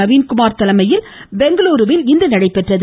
நவீன்குமார் தலைமையில் பெங்களுருவில் இன்று நடைபெற்றது